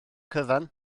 cyfan